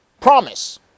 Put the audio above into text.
promise